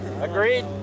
agreed